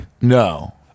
No